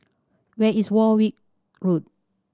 where is Warwick Road